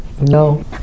No